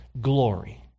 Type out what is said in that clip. glory